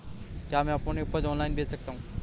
क्या मैं अपनी उपज ऑनलाइन बेच सकता हूँ?